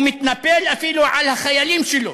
הוא מתנפל אפילו על החיילים שלו,